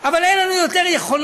אבל אין לנו יותר יכולות.